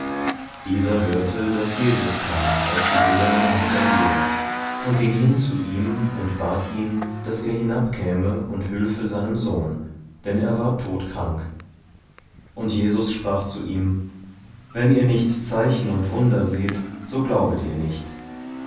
dieser hörte daß jesus kam aus judäa nach galiläa und ging hin zu ihm und bat ihn daß er hinabkäme und hülfe seinem sohn denn er war todkrank und jesus sprach zu ihm wenn ihr nicht zeichen und wunder seht so glaubet ihr nicht